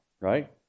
right